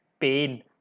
pain